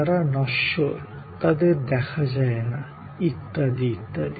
তারা পেরিশেবল তারা ইন্ট্যাঞ্জিবল ইত্যাদি ইত্যাদি